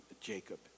Jacob